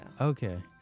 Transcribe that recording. Okay